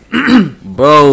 Bro